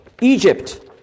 Egypt